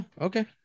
Okay